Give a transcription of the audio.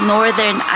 Northern